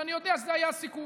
ואני יודע שזה היה הסיכום.